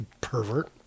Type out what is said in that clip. pervert